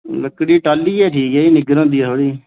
लक्कड़ी टाली गै ठीक ऐ जी निग्गर होंदी थोह्ड़ी